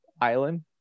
island